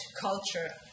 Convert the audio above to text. culture